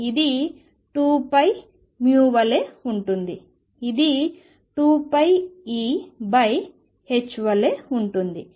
ఇది 2π వలె ఉంటుంది ఇది 2πEh వలె ఉంటుంది